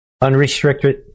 Unrestricted